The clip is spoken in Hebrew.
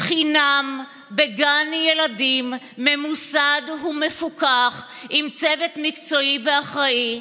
חינם בגן ילדים ממוסד ומפוקח עם צוות מקצועי ואחראי,